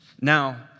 Now